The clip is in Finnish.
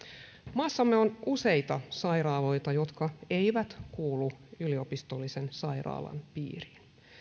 maassamme on useita sairaaloita jotka eivät kuulu yliopistollisen sairaalan piiriin